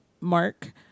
Mark